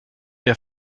mehr